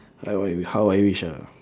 how I how I wish ah